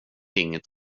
inget